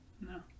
no